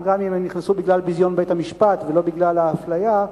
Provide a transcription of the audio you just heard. גם אם הם נכנסו בגלל ביזיון בית-המשפט ולא בגלל האפליה,